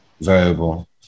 variable